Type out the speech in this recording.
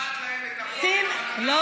הטרור קיבל את הרוח הגבית ממך.